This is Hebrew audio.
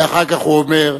ואחר כך הוא אומר: